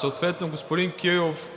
четвъртък. Господин Кирилов,